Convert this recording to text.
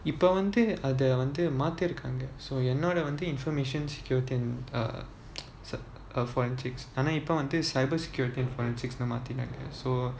இப்போ வந்து அத வந்து மாத்திருக்காங்க:ippo vanthu atha vanthu maathirukaanga so என்னோட வந்து:ennoda vanthu information security and uh s~ forensics ஆனா இப்போ வந்து:aanaa ippo vanthu cyber security and forensics னு மாத்திருக்காங்க:nu maathirukaanga so